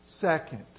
Second